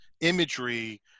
imagery